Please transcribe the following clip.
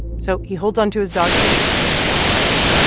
so he holds onto his dog's leash and starts running.